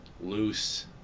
loose